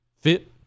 fit